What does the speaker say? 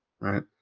Right